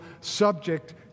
subject